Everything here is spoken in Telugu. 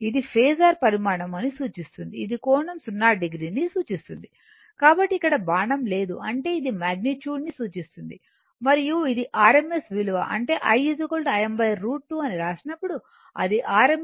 ఇది ఫేసర్ పరిమాణం అని సూచిస్తుంది ఇది కోణం 0 o సూచిస్తుంది కాబట్టి ఇక్కడ బాణం లేదు అంటే ఇది మగ్నిట్యూడ్ ని సూచిస్తుంది మరియు ఇది rms విలువ అంటే I Im √2 అని రాసినప్పుడు అది rms విలువ అవుతుంది